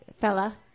fella